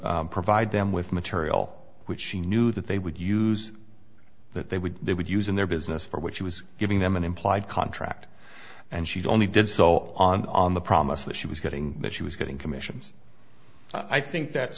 to provide them with material which she knew that they would use that they would they would use in their business for which she was giving them an implied contract and she only did so on the promise that she was getting that she was getting commissions i think that